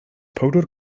powdr